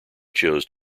chose